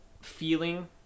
feeling